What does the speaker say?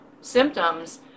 symptoms